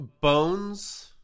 Bones